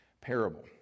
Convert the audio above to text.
parable